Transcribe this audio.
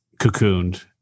cocooned